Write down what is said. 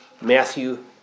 Matthew